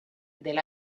del